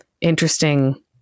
interesting